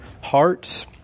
hearts